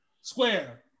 square